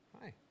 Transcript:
Hi